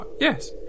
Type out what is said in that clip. yes